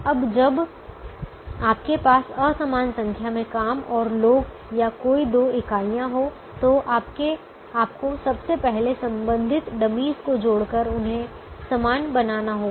अब जब आपके पास असमान संख्या में काम और लोग या कोई दो इकाइयाँ हों तो आपको सबसे पहले संबंधित डमीज़ dummy's को जोड़कर उन्हें समान बनाना होगा